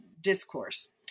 discourse